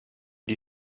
die